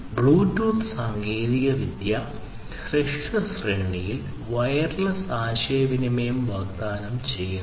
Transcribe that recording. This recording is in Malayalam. ബ്ലൂടൂത്ത് സാങ്കേതികവിദ്യ ഹ്രസ്വ ശ്രേണിയിൽ വയർലെസ് ആശയവിനിമയം വാഗ്ദാനം ചെയ്യുന്നു